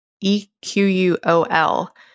E-Q-U-O-L